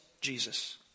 Jesus